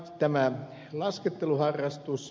tämä lasketteluharrastus